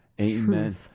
Amen